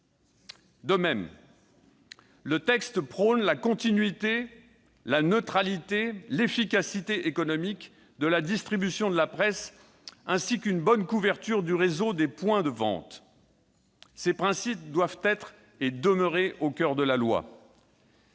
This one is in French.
façon, le texte prône la continuité, la neutralité et l'efficacité économique de la distribution de la presse, ainsi qu'une bonne couverture du réseau des points de vente. Ces principes doivent être et demeurer au coeur de la loi.